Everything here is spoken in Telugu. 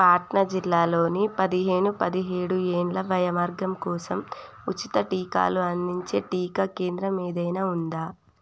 పట్నా జిల్లాలోని పదిహేను పదిహేడు ఏళ్ళు వయోవర్గం కోసం ఉచిత టీకాలు అందించే టీకా కేంద్రం ఏదైనా ఉందా